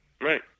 right